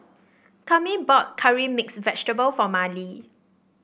Cami bought Curry Mixed Vegetable for Marlee